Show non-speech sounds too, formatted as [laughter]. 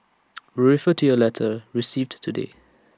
[noise] we refer to your letter received today